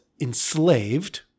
enslaved